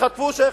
חטפו את שיח'